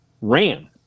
ran